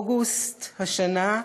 אוגוסט השנה,